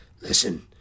Listen